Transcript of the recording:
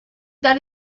that